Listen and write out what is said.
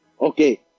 Okay